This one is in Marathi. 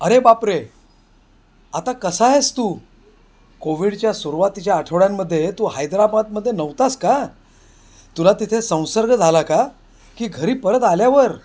अरे बापरे आता कसा आहेस तू कोविडच्या सुरुवातीच्या आठवड्यांमध्ये तू हैद्राबादमध्ये नव्हतास का तुला तिथे संसर्ग झाला का की घरी परत आल्यावर